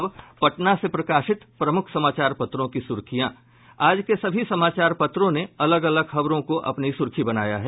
अब पटना से प्रकाशित प्रमुख समाचार पत्रों की सुर्खियां आज के सभी समाचार पत्रों ने अलग अलग खबरों को अपनी प्रमुख सुर्खी बनाया है